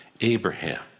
Abraham